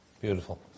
Beautiful